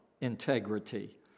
integrity